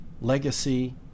legacy